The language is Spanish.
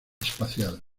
espacial